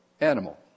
animal